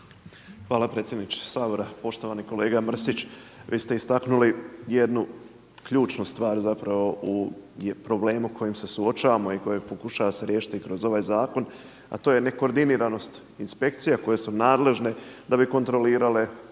Hvala predsjedniče Sabora. Poštovani kolega Mrsić, vi ste istaknuli jednu ključnu stvar zapravo u problemu s kojim se suočavamo i s kojeg pokušava se riješiti i kroz ovaj zakon a to je nekoordiniranost inspekcija koje su nadležne da bi kontrolirale